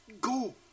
go